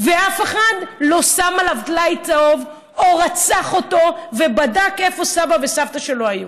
ואף אחד לא שם עליו טלאי צהוב או רצח אותו ובדק איפה סבא וסבתא שלו היו.